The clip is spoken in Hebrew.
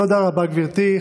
תודה רבה, גברתי.